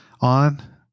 on